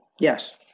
Yes